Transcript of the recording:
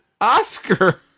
Oscar